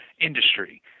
industry